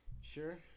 Sure